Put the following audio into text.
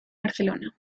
barcelona